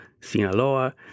Sinaloa